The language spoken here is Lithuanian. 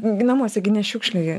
gi namuose gi nešiukšlini